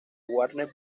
warner